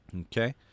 Okay